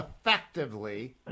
effectively